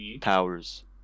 powers